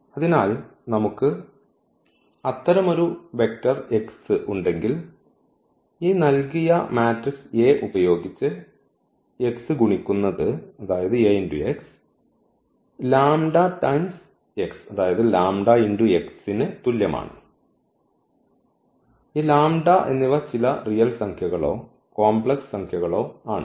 അതിനാൽ നമുക്ക് അത്തരമൊരു വെക്റ്റർ x ഉണ്ടെങ്കിൽ ഈ നൽകിയ മാട്രിക്സ് A ഉപയോഗിച്ച് x ഗുണിക്കുന്നത് ലാംഡ ടൈം x ന് തുല്യമാണ് ഈ ലാംഡ എന്നിവ ചില റിയൽ സംഖ്യകളോ കോംപ്ലക്സ് സംഖ്യകളോ ആണ്